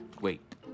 wait